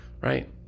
Right